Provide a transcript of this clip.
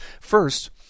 First